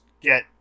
get